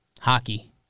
hockey